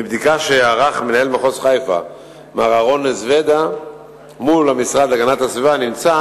מבדיקה שערך מנהל מחוז חיפה מר אהרן זבידה מול המשרד להגנת הסביבה נמצא